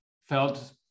felt